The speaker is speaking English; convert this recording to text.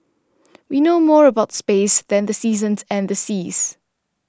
we know more about space than the seasons and the seas